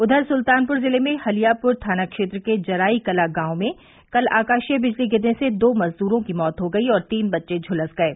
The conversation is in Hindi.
उघर सुल्तानपुर जिले में हलियापुर थाना क्षेत्र के जराई कला गांव में कल आकाशीय बिजली गिरने से दो मजदूरों की मौत हो गयी और तीन बच्चे झुलस गये